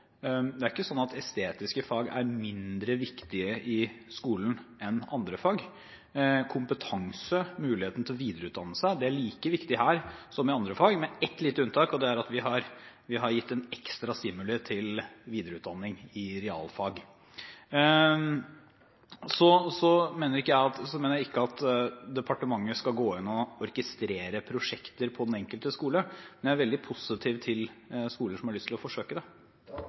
Det er ikke sånn at estetiske fag er mindre viktige i skolen enn andre fag. Kompetanse, muligheten til å videreutdanne seg, er like viktig her som i andre fag, med et lite unntak, og det er at vi har gitt ekstra stimuli til videreutdanning i realfag. Jeg mener ikke at departementet skal gå igjennom og orkestrere prosjekter på den enkelte skole, men jeg er veldig positiv til skoler som har lyst til å forsøke det.